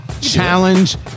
Challenge